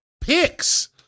Picks